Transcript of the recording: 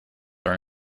are